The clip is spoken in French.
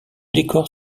décor